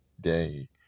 day